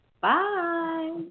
Bye